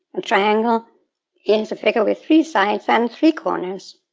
a triangle is a figure with three sides and three corners,